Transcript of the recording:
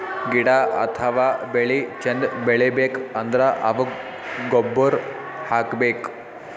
ಗಿಡ ಅಥವಾ ಬೆಳಿ ಚಂದ್ ಬೆಳಿಬೇಕ್ ಅಂದ್ರ ಅವುಕ್ಕ್ ಗೊಬ್ಬುರ್ ಹಾಕ್ಬೇಕ್